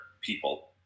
people